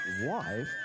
wife